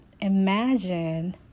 imagine